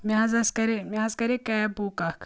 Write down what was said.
مےٚ حظ أس کرے مےٚ حظ کرے کیب بُک اکھ